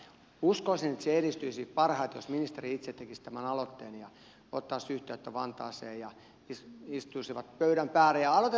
uskoisin että se edistyisi parhaiten jos ministeri itse tekisi tämän aloitteen ja ottaisi yhteyttä vantaaseen istuisivat pöydän ääreen ja aloitettaisiin tämmöinen kokeilu